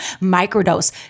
microdose